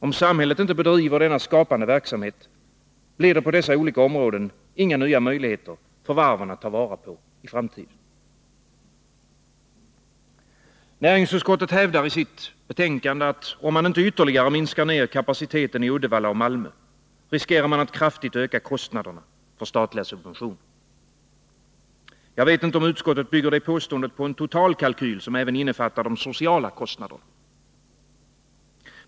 Om samhället inte bedriver skapande verksamhet, blir det på dessa olika områden inga nya möjligheter för varven att ta vara på i framtiden. Näringsutskottet hävdar i sitt betänkande att om man inte ytterligare minskar kapaciteten i Uddevalla och Malmö, riskerar man att kraftigt öka kostnaderna för statliga subventioner. Jag vet inte om utskottet bygger det påståendet på en total kalkyl, som även innefattar de sociala kostnaderna.